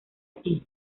aquí